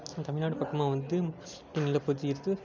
இங்கே தமிழ்நாடு பக்கமாக வந்து தண்ணியில் பதிகிறது